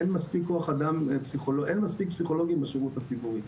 אין מספיק פסיכולוגים בשירות הציבורי,